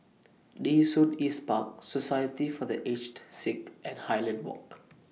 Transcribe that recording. Nee Soon East Park Society For The Aged Sick and Highland Walk